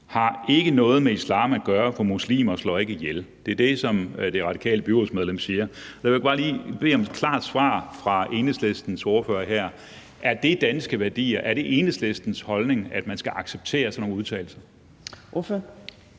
har ikke noget med islam at gøre, for muslimer slår ikke ihjel. Det er det, som det radikale byrådsmedlem siger. Så jeg vil bare lige bede om et klart svar fra Enhedslistens ordfører her. Er det danske værdier? Er det Enhedslistens holdning, at man skal acceptere sådan nogle udtalelser? Kl.